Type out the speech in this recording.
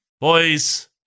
boys